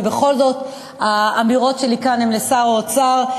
ובכל זאת האמירות שלי כאן הן לשר האוצר.